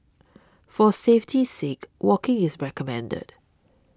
for safety's sake walking is recommended